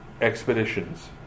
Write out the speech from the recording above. expeditions